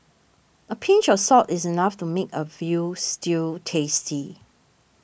a pinch of salt is enough to make a Veal Stew tasty